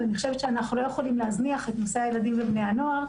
אני חושבת שאנחנו לא יכולים להזניח את נושא הילדים ובני הנוער,